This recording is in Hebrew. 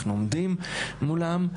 אנחנו עומדים מולם,